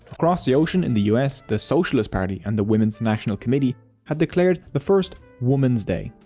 across the ocean in the us the socialist party and the women's national committee had declared the first woman's day.